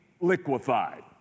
liquefied